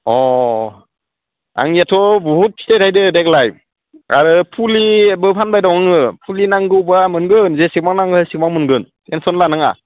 अ आंनियाथ' बुहुद फिथाइ थाइदो देग्लाय आरो फुलिबो फानबाय दं आङो फुलि नांगौब्ला मोनगोन जेसेबां नांगो एसेबां मोनगोन टेनसन लानाङा